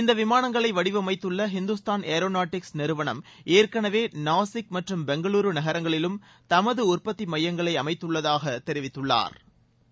இந்த விமானங்களை வடிவமைத்துள்ள ஹிந்துஸ்தான் ஏரோநாட்டிக்ஸ் நிறுவனம் ஏற்கனவே நாசிக் மற்றும் பெங்களுரு நகரங்களிலும் தமது உற்பத்தி மையங்களை அமைத்துள்ளதாக தெரிவித்துள்ளாா்